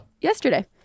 yesterday